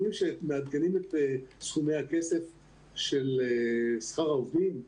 אומרים שמעדכנים את סכומי הכסף של שכר העובדים.